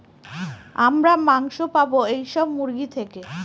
আমরা মাংস পাবো এইসব মুরগি থেকে